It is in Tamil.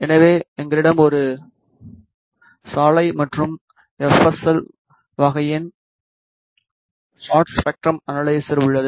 எனவே எங்களிடம் ஒரு சாலை மற்றும் எஃப்எஸ்எல் வகையின் ஷார்ட்ஸ் ஸ்பெக்ட்ரம் அனலைசர் உள்ளது